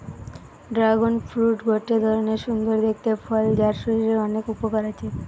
dragon fruit গটে ধরণের সুন্দর দেখতে ফল যার শরীরের অনেক উপকার আছে